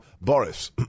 Boris